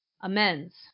amends